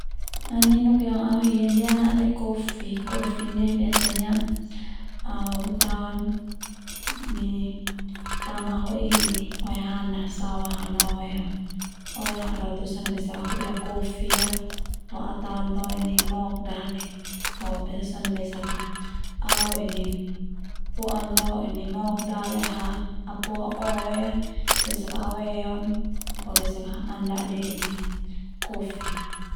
Naninuk yang au hi ndia na'de kofi, kofi ndia biasanya au taon ini pertama au ho'i oehanas au ahana oe ho oe nakadoto sone besak ka au a kofi a ho au taon lo mok dale ho basa sone besak ka au ini po'an lo mok dale ho au po'a oe a besak au eon besak ka da'di kofi.